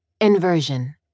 Inversion